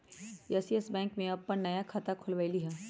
हम Yes Bank में अप्पन नया खाता खोलबईलि ह